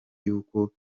y’uko